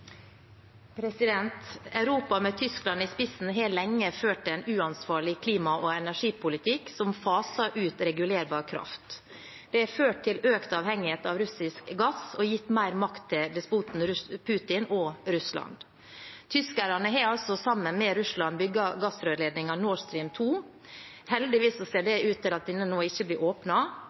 Europa, med Tyskland i spissen, har lenge ført en uansvarlig klima- og energipolitikk som faser ut regulerbar kraft. Det har ført til økt avhengighet av russisk gass og gitt mer makt til despoten Putin og Russland. Tyskerne har altså, sammen med Russland, bygd gassrørledningen Nord Stream 2. Heldigvis ser det ut til at denne nå ikke blir